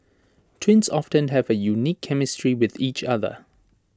twins often have A unique chemistry with each other